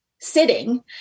sitting